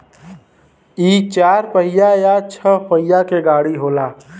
इ चार पहिया या छह पहिया के गाड़ी होला